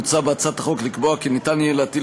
מוצע בהצעת החוק לקבוע כי ניתן יהיה להטיל